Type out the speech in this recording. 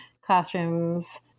classrooms